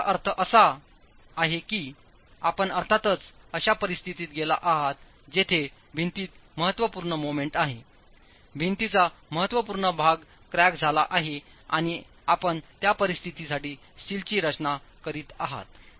याचा अर्थ असा की आपण अर्थातच अशा परिस्थितीत गेला आहात जेथे भिंतीत महत्त्वपूर्ण मोमेंट आहेभिंतीचा महत्त्वपूर्ण भाग क्रॅक झाला आहे आणि आपण त्या परिस्थितीसाठी स्टीलची रचना करीत आहात